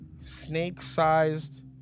snake-sized